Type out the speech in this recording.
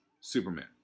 Superman